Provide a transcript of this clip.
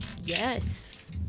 Yes